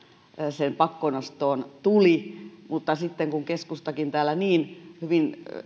sen pakkonostoon tuli mutta sitten keskustakin täällä niin hyvin